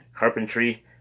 carpentry